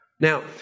Now